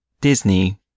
Disney